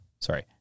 sorry